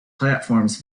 platforms